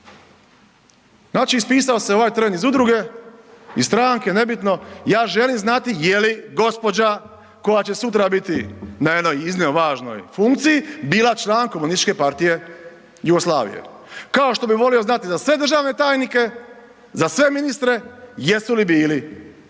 Znači ispisao se ovaj tren iz udruge iz stranke, nebitno, ja želim znati jeli gospođa koja će sutra biti na jednoj iznimno važnoj funkciji bila član KPJ-u kao što bi volio znati za sve državne tajnike, za sve ministre jesu li bili